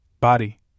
body